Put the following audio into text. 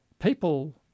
People